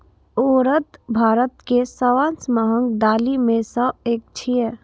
उड़द भारत के सबसं महग दालि मे सं एक छियै